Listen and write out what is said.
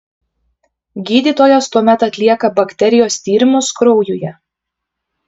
gydytojas tuomet atlieka bakterijos tyrimus kraujuje